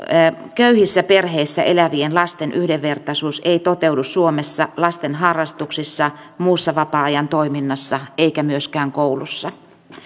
köyhissä perheissä elävien lasten yhdenvertaisuus ei toteudu suomessa lasten harrastuksissa muussa vapaa ajan toiminnassa eikä myöskään koulussa